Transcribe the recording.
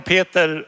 Peter